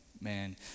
man